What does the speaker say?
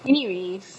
anyway